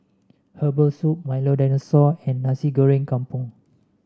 Herbal Soup Milo Dinosaur and Nasi Goreng Kampung